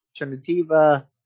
Alternativa